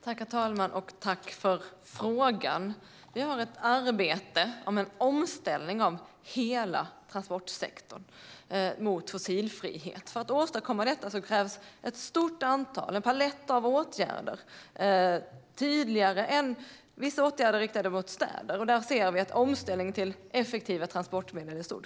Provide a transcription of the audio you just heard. Herr talman! Tack för frågan! Vi har ett arbete med en omställning av hela transportsektorn mot fossilfrihet. För att åstadkomma detta krävs det ett stort antal åtgärder, en palett av åtgärder. Vissa åtgärder är riktade mot städer. Där ser vi att omställningen till effektiva transportmedel är stor.